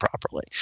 properly